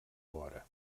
vora